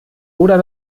oder